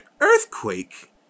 earthquake